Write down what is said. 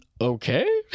Okay